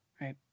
right